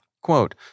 Quote